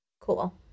Cool